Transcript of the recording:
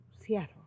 Seattle